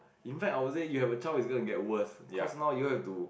in fact I would say you have a child it's going to get worse cause now you all have to